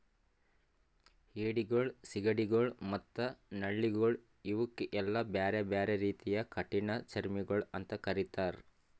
ಏಡಿಗೊಳ್, ಸೀಗಡಿಗೊಳ್ ಮತ್ತ ನಳ್ಳಿಗೊಳ್ ಇವುಕ್ ಎಲ್ಲಾ ಬ್ಯಾರೆ ಬ್ಯಾರೆ ರೀತಿದು ಕಠಿಣ ಚರ್ಮಿಗೊಳ್ ಅಂತ್ ಕರಿತ್ತಾರ್